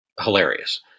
hilarious